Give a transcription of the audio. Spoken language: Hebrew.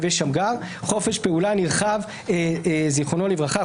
ושמגר זכרונו לברכה.